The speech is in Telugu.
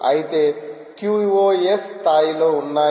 అయితే QoS స్థాయిలో ఉన్నాయి